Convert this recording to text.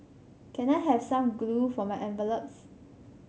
can I have some glue for my envelopes